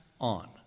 on